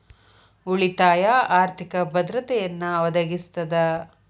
ಉಳಿತಾಯ ಆರ್ಥಿಕ ಭದ್ರತೆಯನ್ನ ಒದಗಿಸ್ತದ